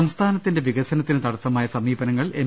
സംസ്ഥാനത്തിന്റെ വികസനത്തിന് തടസ്സമായ സമീപനങ്ങൾ എം